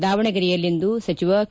ದಾವಣಗೆರೆಯಲ್ಲಿಂದು ಸಚಿವ ಕೆ